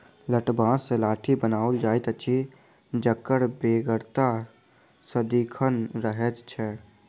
लठबाँस सॅ लाठी बनाओल जाइत अछि जकर बेगरता सदिखन रहैत छै